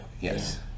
Yes